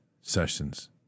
sessions